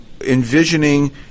envisioning